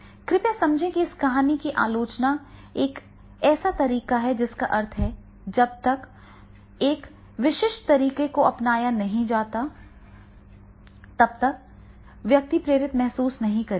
कृपया समझें कि इस कहानी की आलोचना एक ऐसा तरीका है जिसका अर्थ है कि जब तक एक विशिष्ट तरीके को नहीं अपनाया जाता है तब तक व्यक्ति प्रेरित महसूस नहीं करेगा